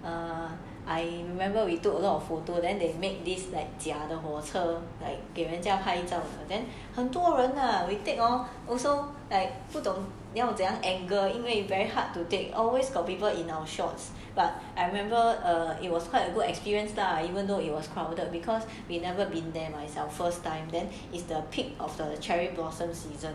err I remember we took a lot of photo then they make this like 假的火车 like 给人家拍照 then 很多人啊 we take hor also like photo then 要怎样 angle 因为 very hard to take always got people in our shot but I remember err it was quite a good experience lah even though it was crowded because we never been there myself first time then it's the peak of the cherry blossom season